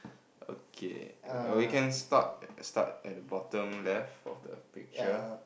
okay or we can start start at the bottom left of the picture